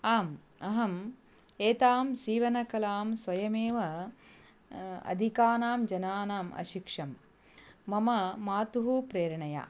आम् अहम् एतां सीवनकलां स्वयमेव अधिकानां जनानाम् अशिक्षं मम मातुः प्रेरणया